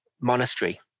monastery